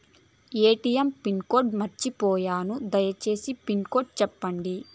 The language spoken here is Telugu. ఎ.టి.ఎం పిన్ కోడ్ మర్చిపోయాను పోయాను దయసేసి పిన్ కోడ్ సెప్పండి?